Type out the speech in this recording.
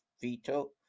veto